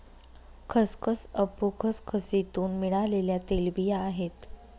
खसखस अफू खसखसीतुन मिळालेल्या तेलबिया आहे